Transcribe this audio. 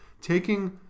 Taking